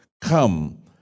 Come